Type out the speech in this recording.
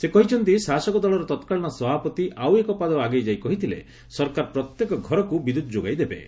ସେ କହିଛନ୍ତି ଶାସକ ଦଳର ତ୍କାଳୀନ ସଭାପତି ଆଉ ଏକ ପାଦ ଆଗେଇ ଯାଇ କହିଥିଲେ ସରକାର ପ୍ରତ୍ୟେକ ଘରକୁ ବିଦ୍ୟୁତ୍ ଯୋଗାଇ ଦେବେ